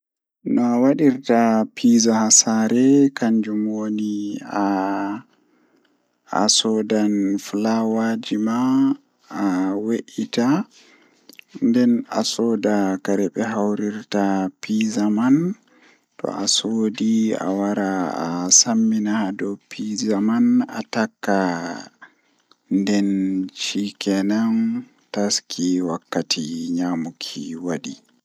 Eh didi fuu handi gomnati kam huwa amma ko handi lorna hakkilo masin kanjum woni hakkila be ummatoore woni nderwuro ummtoore nder wuro kambe woni gomnati hakkila be mabbe masin